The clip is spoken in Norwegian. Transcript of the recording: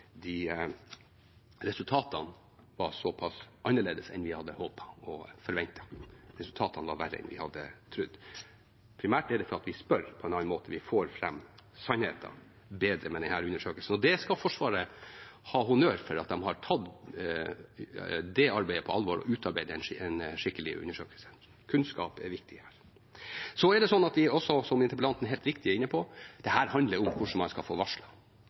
resultatene var såpass annerledes enn vi hadde håpet og forventet. Resultatene var verre enn vi hadde trodd. Det er primært fordi vi spør på en annen måte. Vi får fram sannheten bedre med denne undersøkelsen. Forsvaret skal ha honnør for at de har tatt det arbeidet på alvor og utarbeidet en skikkelig undersøkelse. Kunnskap er viktig. Som interpellanten helt riktig er inne på, handler dette om hvordan man skal få varslet. Et varslingssystem uten tillit er ikke et godt varslingssystem. Det